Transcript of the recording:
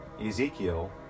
Ezekiel